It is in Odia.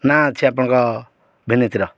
ନାଁ ଅଛି ଆପଣଙ୍କ ଭିନୀତର